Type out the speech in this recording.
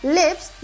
lips